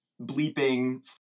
bleeping